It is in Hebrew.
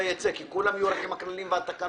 ייצא כי כולם יהיו עם הכללים והתקנות.